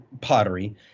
pottery